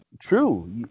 true